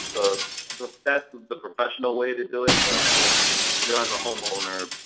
the best is the professional way to do it, but um yeah as a homeowner,